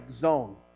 zone